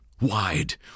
wide